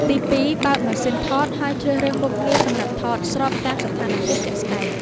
ទី2 បើកម៉ាស៊ីនថតហើយជ្រើសរើសមុខងារសម្រាប់ថតស្របតាមស្ថានភាពជាក់ស្តែង។